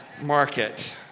market